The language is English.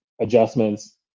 adjustments